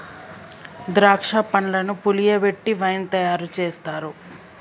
ద్రాక్ష పండ్లను పులియబెట్టి వైన్ తయారు చేస్తారు